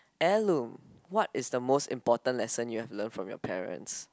what is the most important lesson you have learned from your parents